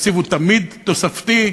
התקציב הוא תמיד תוספתי,